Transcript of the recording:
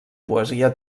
poesia